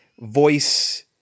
voice